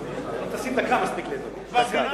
תשים דקה, מספיק לי, אדוני.